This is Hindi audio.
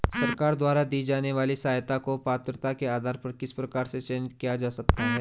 सरकार द्वारा दी जाने वाली सहायता को पात्रता के आधार पर किस प्रकार से चयनित किया जा सकता है?